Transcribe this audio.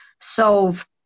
solve